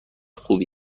خوبی